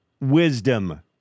wisdom